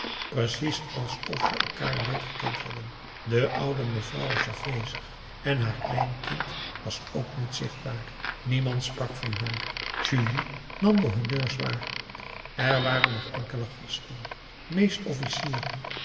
precies alsof ze elkaar nooit gekend hadden de oude mevrouw was afwezig en haar kleinkind was ook niet zichtbaar niemand sprak van haar julie nam de honneurs waar er waren nog enkele gasten meest officieren